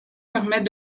permet